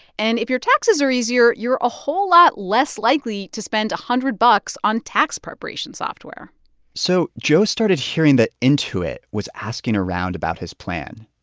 and if your taxes are easier, you're a whole lot less likely to spend a hundred bucks on tax preparation software so joe started hearing that intuit was asking around about his plan.